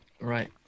Right